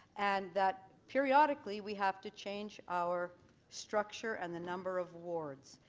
and that periodically we have to change our structure and the number of wards.